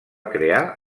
crear